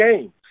games